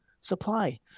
supply